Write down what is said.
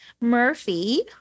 Murphy